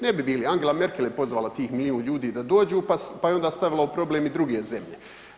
Ne bi bili, Angela Merkel je pozvala tih milijun ljudi da dođu pa je onda stavila u problem i druge zemlje.